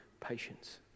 patience